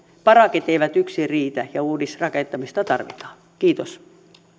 parakit eivät yksin riitä ja uudisrakentamista tarvitaan kiitos